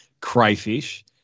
crayfish